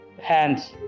hands